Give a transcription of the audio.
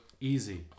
easy